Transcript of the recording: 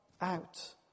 out